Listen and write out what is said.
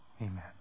Amen